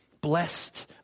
blessed